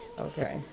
okay